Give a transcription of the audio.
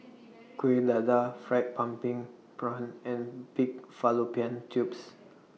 Kuih Dadar Fried Pumpkin Prawns and Pig Fallopian Tubes